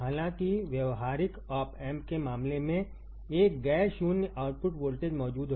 हालांकिव्यावहारिक op amp केमामलेमें एक गैर शून्य आउटपुट वोल्टेज मौजूद है